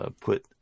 put